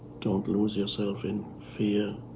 don't lose yourself in fear.